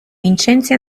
vincenzi